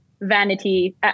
Vanity